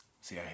See